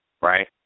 Right